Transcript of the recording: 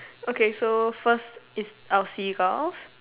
okay so first is our seagulls